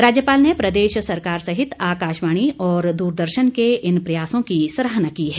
राज्यपाल ने प्रदेश सरकार सहित आकाशवाणी और दूरदर्शन के इन प्रयासों की सराहना की है